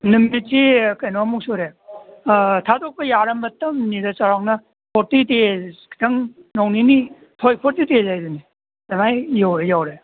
ꯅꯨꯃꯤꯠꯁꯤ ꯀꯩꯅꯣꯃꯨꯛ ꯁꯨꯔꯦ ꯊꯥꯗꯣꯛꯄ ꯌꯥꯔ ꯃꯇꯝꯅꯤꯗ ꯆꯥꯎꯔꯥꯛꯅ ꯐꯣꯔꯇꯤ ꯗꯦꯁ ꯈꯤꯇꯪ ꯅꯣꯡ ꯅꯤꯅꯤ ꯍꯣꯏ ꯐꯣꯔꯇꯤ ꯗꯦꯁ ꯍꯥꯏꯗꯨꯅꯤ ꯑꯗꯨꯃꯥꯏ ꯌꯧꯔꯦ